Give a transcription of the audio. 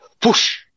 push